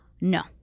no